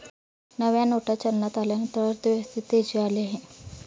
नव्या नोटा चलनात आल्यानंतर अर्थव्यवस्थेत तेजी आली आहे